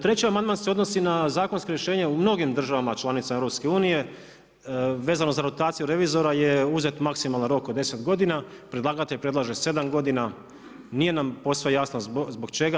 Treći amandman se odnosi na zakonsko rješenje u mnogim državama članicama EU vezano za rotaciju revizora je uzet maksimalni rok od deset godina, predlagatelj predlaže sedam godina, nije nam posve jasno zbog čega.